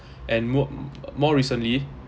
and more more recently